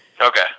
Okay